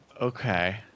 Okay